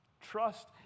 Trust